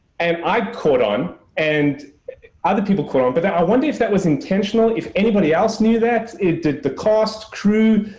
and i caught on and other people caught on. but then i wonder if that was intentional, if anybody else knew that it? did the cast, crew,